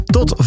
Tot